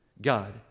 God